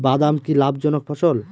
বাদাম কি লাভ জনক ফসল?